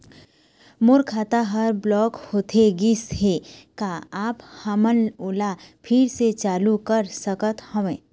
मोर खाता हर ब्लॉक होथे गिस हे, का आप हमन ओला फिर से चालू कर सकत हावे?